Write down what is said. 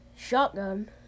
Shotgun